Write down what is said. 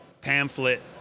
pamphlet